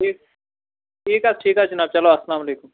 ٹھیٖک ٹھیٖک حظ ٹھیٖک حظ جِناب چلو السلام علیکُم